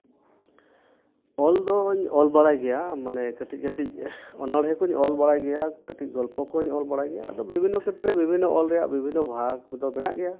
ᱚᱞ ᱫᱚᱧ ᱚᱞ ᱵᱟᱲᱟᱭ ᱜᱮᱭᱟ ᱢᱟᱱᱮ ᱠᱟᱹᱴᱤᱡᱼᱠᱟᱹᱴᱤᱡ ᱚᱱᱚᱬᱦᱮᱸ ᱠᱚᱧ ᱚᱞ ᱵᱟᱲᱟᱭ ᱜᱮᱭᱟ ᱠᱟᱹᱴᱤᱡ ᱜᱚᱞᱯᱚ ᱠᱚᱧ ᱚᱞ ᱵᱟᱲᱟᱭ ᱜᱮᱭᱟ ᱟᱫᱚ ᱵᱤᱵᱷᱤᱱᱱᱚ ᱠᱷᱮᱛᱨᱮ ᱵᱤᱵᱷᱤᱱᱱᱚ ᱨᱮᱭᱟᱜ ᱵᱤᱵᱷᱤᱱᱱᱚ ᱵᱷᱟᱜᱽ ᱫᱚ ᱢᱮᱱᱟᱜ ᱜᱮᱭᱟ